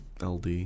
LD